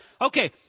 Okay